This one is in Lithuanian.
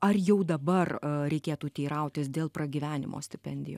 ar jau dabar reikėtų teirautis dėl pragyvenimo stipendijų